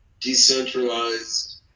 decentralized